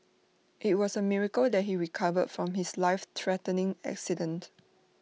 IT was A miracle that he recovered from his lifethreatening accident